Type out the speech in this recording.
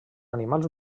animals